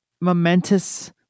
momentous